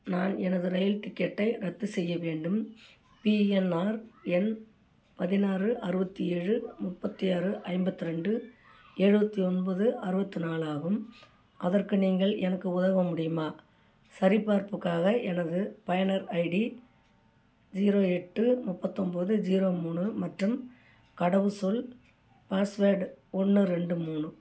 நான் எனது ரயில் டிக்கெட்டை ரத்து செய்ய வேண்டும் பிஎன்ஆர் எண் பதினாறு அறுபத்தி ஏழு முப்பத்தி ஆறு ஐம்பத்து ரெண்டு எழுபத்தி ஒன்பது அறுபத்து நாலு ஆகும் அதற்கு நீங்கள் எனக்கு உதவ முடியுமா சரிபார்ப்புக்காக எனது பயனர் ஐடி ஜீரோ எட்டு முப்பத்தொன்போது ஜீரோ மூணு மற்றும் கடவுச்சொல் பாஸ்வேர்ட் ஒன்று ரெண்டு மூணு